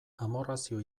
amorrazio